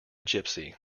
gipsy